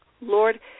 Lord